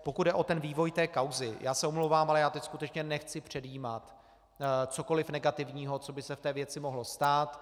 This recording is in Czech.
Pokud jde o vývoj té kauzy, já se omlouvám, ale teď skutečně nechci předjímat cokoli negativního, co by se v té věci mohlo stát.